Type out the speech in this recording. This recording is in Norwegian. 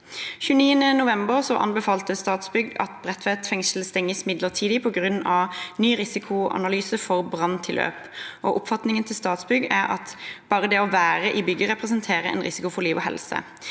29. november anbefalte Statsbygg at Bredtveit fengsel stenges midlertidig på grunn av ny risikoanalyse for branntilløp. Statsbyggs oppfatning er at bare det å være i bygget representerer en risiko for liv og helse.